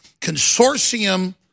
consortium